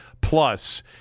Plus